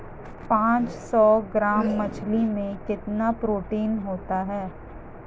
पांच सौ ग्राम मछली में कितना प्रोटीन होता है?